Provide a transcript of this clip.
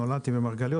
נולדתי במרגליות,